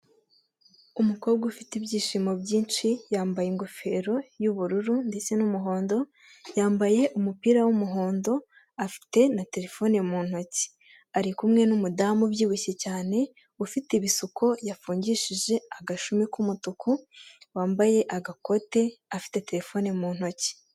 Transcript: Umukobwa ufite ibyishimo byinshi yambaye ingofero y'ubururu ndetse n'umuhondo yambaye umupira wumuhondo afite na terefone mu ntoki, ari kumwe n'umudamu ubyibushye cyane ufite ibisuko yafungishije agashumi k'umutuku, wambaye agakote afite terefone mu ntoki.